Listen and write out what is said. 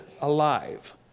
alive